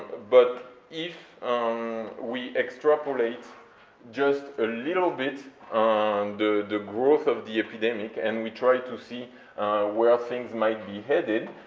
but if um we extrapolate just a little bit on the the growth of the epidemic, and we try to see where things might be headed,